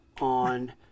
on